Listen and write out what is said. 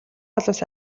холоос